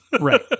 Right